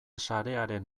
sarearen